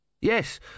Yes